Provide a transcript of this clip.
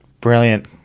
brilliant